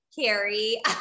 Carrie